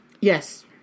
Yes